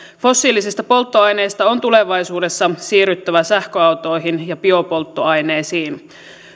fossiilisista polttoaineista on tulevaisuudessa siirryttävä sähköautoihin ja biopolttoaineisiin